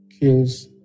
kills